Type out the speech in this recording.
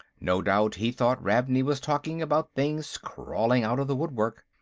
no doubt he thought ravney was talking about things crawling out of the woodwork.